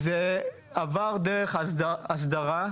זה עבר דרך הסדרה.